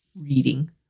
reading